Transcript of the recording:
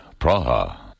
Praha